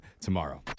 tomorrow